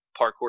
parkour